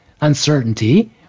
uncertainty